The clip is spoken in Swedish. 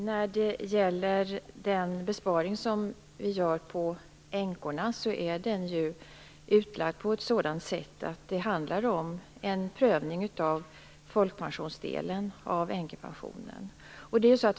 Herr talman! Den besparing som vi gör på änkorna sker genom en prövning av folkpensionsdelen av änkepensionen.